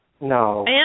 No